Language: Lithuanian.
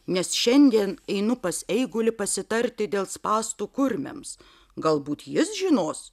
nes šiandien einu pas eigulį pasitarti dėl spąstų kurmiams galbūt jis žinos